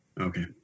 okay